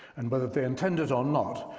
and whether they intend it or not,